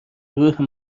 روح